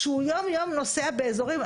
כשהוא יום יום נוסע באזורים,